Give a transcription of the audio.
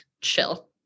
chill